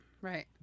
Right